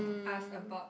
ask about